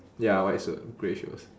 ya white suit grey shoes